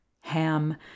ham